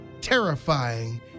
terrifying